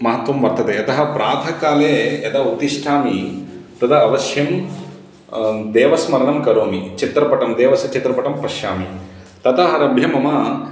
महत्त्वं वर्तते अतः प्रातःकाले यदा उत्तिष्ठामि तदा अवश्यं देवस्मरणं करोमि चित्रपटं देवस्य चित्रपटं पश्यामि तत आरभ्य मम